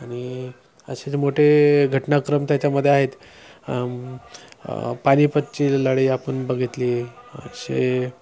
आणि असे जे मोठे घटनाक्रम त्याच्यामध्ये आहेत पानिपतची लढाई आपण बघितली असे